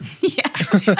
yes